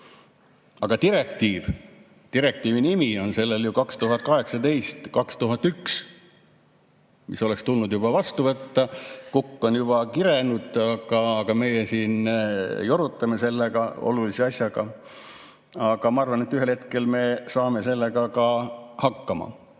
Aga direktiiv? Direktiivi nimi on sellel 2018/2001, mis oleks tulnud juba vastu võtta, kukk on juba kirenud, aga meie siin jorutame selle olulise asjaga. Aga ma arvan, et ühel hetkel me saame sellega ka hakkama.